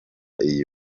iyi